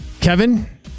Kevin